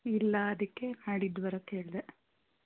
ಇಲ್ಲ ಅದಕ್ಕೆ ನಾಡಿದ್ದು ಬರೋಕ್ಕೇಳ್ದೆ